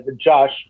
Josh